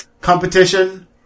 competition